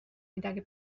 midagi